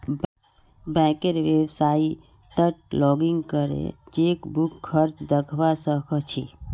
बैंकेर website login करे chequebook खर्च दखवा स ख छि